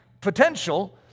potential